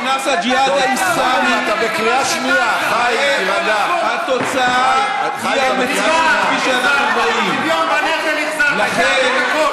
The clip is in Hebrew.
אוסלו, שאתם, וגם אני בזמנו, תמכנו בהם.